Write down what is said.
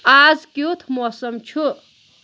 آز کِیُتھ موسم چھُ